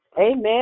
amen